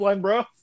bro